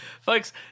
Folks